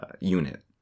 unit